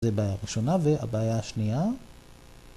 ‫זה בעיה ראשונה, והבעיה השנייה...